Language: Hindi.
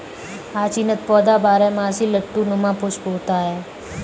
हाचीनथ पौधा बारहमासी लट्टू नुमा पुष्प होता है